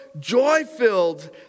joy-filled